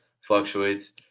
fluctuates